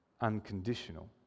unconditional